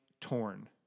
Torn